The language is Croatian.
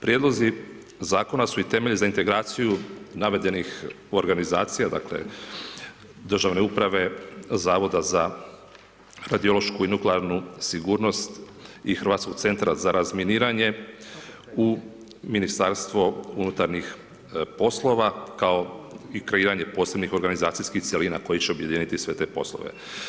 Prijedlozi Zakona su i temelj za integraciju navedenih organizacija, dakle, Državne uprave, Zavoda za radiološku i nuklearnu sigurnost i Hrvatskog centra za razminiranje u Ministarstvo unutarnjih poslova kao i kreiranje posebnih organizacijskih cjelina koje će objediniti sve te poslove.